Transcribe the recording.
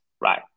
right